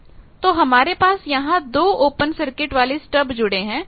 तो हमारे पास यहां 2 ओपन सर्किट वाले स्टब जुड़े हैं